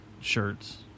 shirts